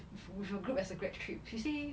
with with a group as a grad trip she said